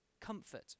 comfort